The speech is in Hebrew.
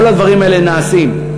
כל הדברים האלה נעשים.